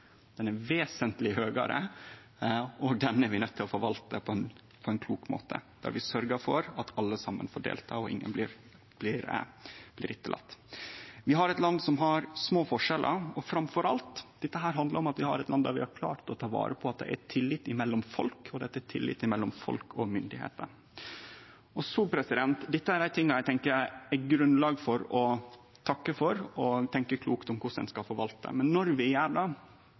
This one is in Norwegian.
vesentleg høgare, og den er vi nøydde til å forvalte på ein klok måte, der vi sørgjer for at alle saman får delta og ingen blir etterlatne. Vi har eit land som har små forskjellar, og dette handlar framfor alt om at vi har eit land der vi har klart å ta vare på at det er tillit mellom folk, og at det er tillit mellom folk og myndigheiter. Dette er ein av dei tinga eg tenkjer det er grunnlag for å takke for og tenkje klokt om korleis ein skal forvalte, men når vi gjer det,